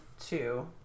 two